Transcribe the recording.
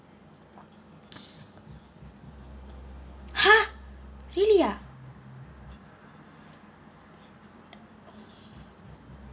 !ha! really ah